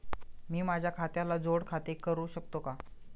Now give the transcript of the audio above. मी माझ्या खात्याला जोड खाते करू शकतो का?